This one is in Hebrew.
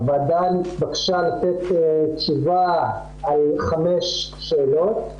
הוועדה נתבקשה לתת תשובה על חמש שאלות.